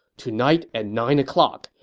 tonight at nine o'clock,